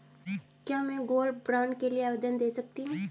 क्या मैं gold bond के लिए आवेदन दे सकती हूँ?